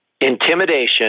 intimidation